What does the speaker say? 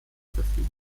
verfügung